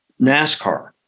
NASCAR